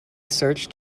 search